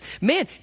Man